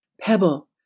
Pebble